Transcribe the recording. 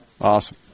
Awesome